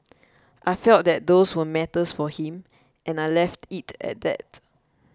I felt that those were matters for him and I left it at that